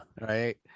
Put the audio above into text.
Right